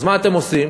אז מה אתם עושים?